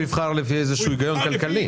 אבל בסוף הוא יבחר לפי איזשהו היגיון כלכלי.